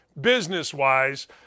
business-wise